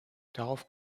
darauf